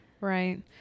Right